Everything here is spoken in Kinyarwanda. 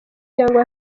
cyangwa